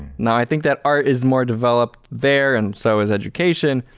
now, i think that art is more developed there and so is education,